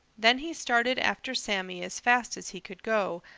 then he started after sammy as fast as he could go,